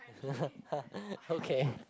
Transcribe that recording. okay